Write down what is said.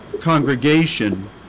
congregation